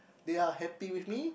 they are happy with me